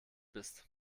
bist